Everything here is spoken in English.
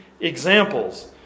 examples